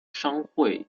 商会